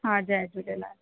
हा जय झूलेलाल